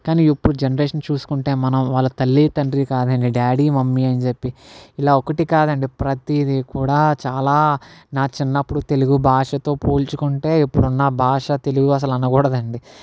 కానీ ఇప్పుడు జనరేషన్ చూసుకుంటే మనం వాళ్ళ తల్లి తండ్రి కాదండి డాడీ మమ్మీ అని చెప్పి ఇలా ఒకటి కదండి ప్రతిదీ కూడా చాలా నా చిన్నప్పుడు తెలుగు భాషతో పోల్చుకుంటే ఇప్పుడున్న భాష తెలుగు అసలు అనకూడదండి